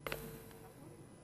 נכון?